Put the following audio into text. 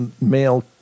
male